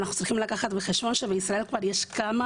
אנחנו צריכים לקחת בחשבון שבישראל יש כבר כמה